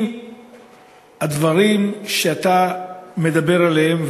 אם הדברים שאתה מדבר עליהם,